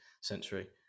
century